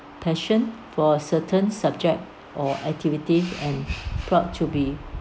passion for a certain subject or activities and proof to be